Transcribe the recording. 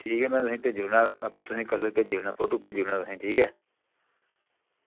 ठीक ऐ में तुसेंगी भेजी ओड़ना आपें में तुसेंगी कलर भेजी ओड़ना फोटो भेजी ओड़ना